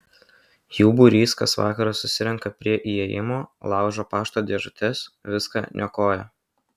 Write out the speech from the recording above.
jų būrys kas vakarą susirenka prie įėjimo laužo pašto dėžutes viską niokoja